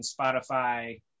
Spotify